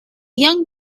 young